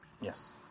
Yes